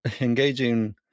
engaging